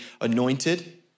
anointed